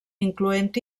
incloent